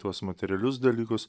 tuos materialius dalykus